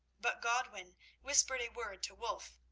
but godwin whispered a word to wulf,